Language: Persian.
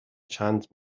چند